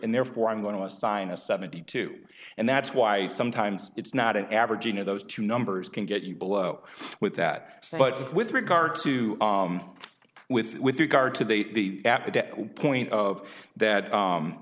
and therefore i'm going to assign a seventy two and that's why sometimes it's not an average you know those two numbers can get you below with that but with regard to with with regard to the affidavit point of that